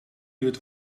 duurt